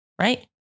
right